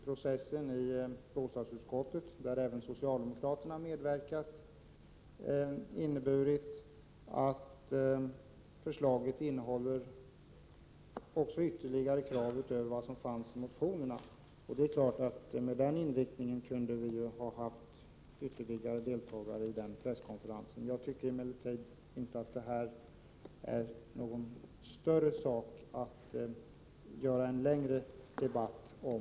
Processen i bostadsutskottet, där även socialdemokraterna medverkat, har ju sedan inneburit att utskottets förslag innehåller ytterligare förslag, alltså utöver dem som fanns i motionerna. Med den inriktningen kunde vi naturligtvis ha haft ytterligare deltagare i presskonferensen. Jag tycker emellertid inte att det här är en sak att föra en längre debatt om.